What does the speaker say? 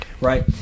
right